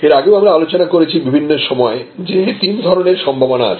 এর আগেও আমরা আলোচনা করেছি বিভিন্ন সময়ে যে তিন ধরনের সম্ভাবনা আছে